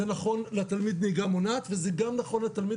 זה נכון לתלמיד נהיגה מונעת וזה גם נכון לתלמיד